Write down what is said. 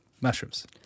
Mushrooms